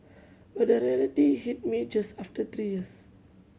but the reality hit me just after three years